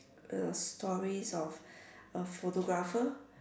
uh stories of a photographer